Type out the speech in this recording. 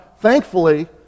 thankfully